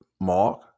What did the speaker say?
Mark